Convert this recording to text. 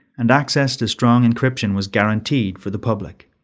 and access to strong encryption was guaranteed for the public.